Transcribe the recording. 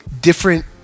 different